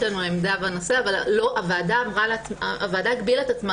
יש לנו עמדה בנושא אבל הוועדה הגבילה את עצמה,